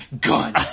gun